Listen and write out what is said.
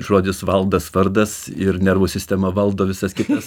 žodis valdas vardas ir nervų sistema valdo visas kitas